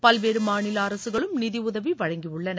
பல்வேறு மாநில அரசுகளும் நிதியுதவி வழங்கியுள்ளன